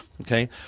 okay